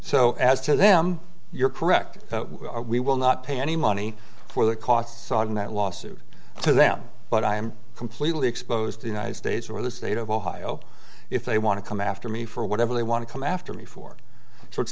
so as to them you're correct we will not pay any money for the costs on that lawsuit to them but i am completely exposed the united states or the state of ohio if they want to come after me for whatever they want to come after me for so it's